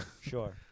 sure